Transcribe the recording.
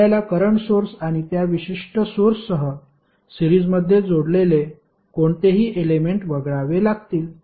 आपल्याला current source आणि त्या विशिष्ट सोर्ससह सिरीजमध्ये जोडलेले कोणतेही एलेमेंट वगळावे लागतील